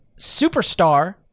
superstar